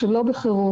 כמו גם לא בחירום,